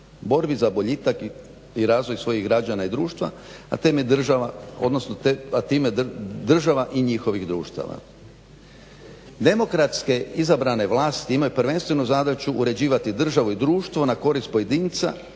borbi za boljitak i razvoj svojih građana i društva, odnosno a time država i njihovih društava. Demokratske izabrane vlasti imaju prvenstvenu zadaću uređivati državu i društvo na korist pojedinaca